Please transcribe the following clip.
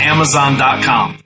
Amazon.com